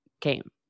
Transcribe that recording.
came